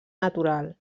natural